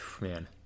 Man